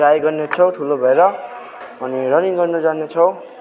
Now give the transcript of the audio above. try गर्नेछौँ ठुलो भएर अनि रनिङ गर्नु जानेछौँ